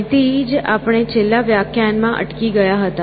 અહીંથી જ આપણે છેલ્લા વ્યાખ્યાયન માં અટકી ગયા હતા